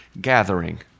gathering